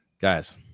guys